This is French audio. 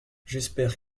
j’espère